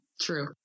true